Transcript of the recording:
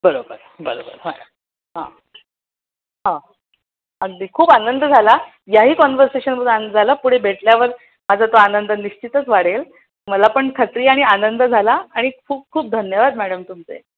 बरोबर बरोबर मॅडम हां हां अगदी खूप आनंद झाला याही कॉनव्हर्सेशनमधून आनंद झाला पुढे भेटल्यावर माझा तो आनंद निश्चितच वाढेल मला पण खात्री आणि आनंद झाला आणि खूप खूप धन्यवाद मॅडम तुमचे